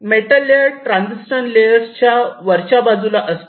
metal layers transistor layers च्या वरच्या बाजूला असते